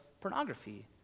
pornography